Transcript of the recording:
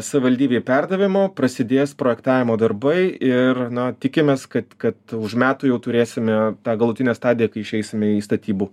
savivaldybei perdavimo prasidės projektavimo darbai ir na tikimės kad kad už metų jau turėsime tą galutinę stadiją kai išeisime į statybų